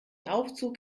aufzug